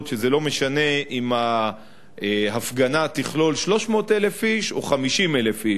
שזה לא משנה אם ההפגנה תכלול 300,000 איש או 50,000 איש,